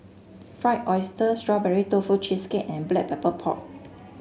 Fried Oyster Strawberry Tofu Cheesecake and Black Pepper Pork